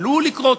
עלול לקרות,